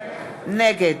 נגד